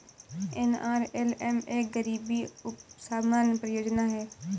NRLM एक गरीबी उपशमन परियोजना है